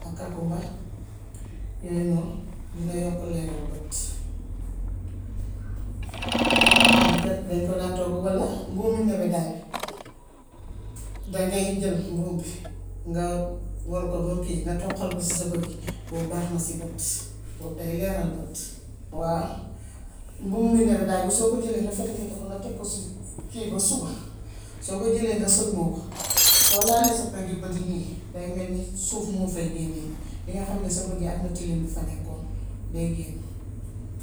Takkal kumba, loolu moom dana yokku leeraal bët. Biñ ko, dañ ko daan toggu walla mbuumu nebedaay bi, dangay jël mbuum bi, nga wol ko bam kii nga toqol ko ci sa but yi. Boob baax na si bët. Boob day leeheral bët. Waaw bul minera daal soo ko jëlee nga fete fete ko, nga teg ko si kii ba suba, soo ko jëlee nga sëlmoo ko, soo laalee sa peri but yi nii, day mel ni suuf moo fay génnee dinga xam ne sa bët yi am na tilim bu fa nekkoon. Day génn.